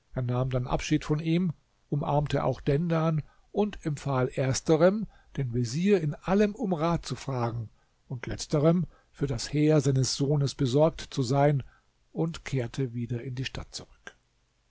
er nahm dann abschied von ihm umarmte auch dendan und empfahl ersterem den vezier in allem um rat zu fragen und letzterem für das heer seines sohnes besorgt zu sein und kehrte wieder in die stadt zurück